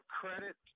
credit